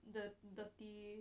the dirty